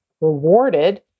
rewarded